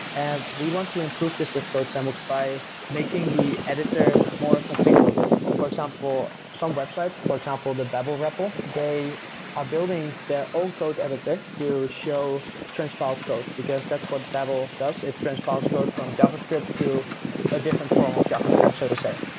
and we want to improve this with codesandbox by making the editor more configurable. for example, some websites for example the babel repl, they are building their own code editor to show transpiled code, because that's what babel does, it transpiles code from javascript to a different form of javascript, so to say.